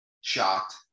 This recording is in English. Shocked